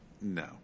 No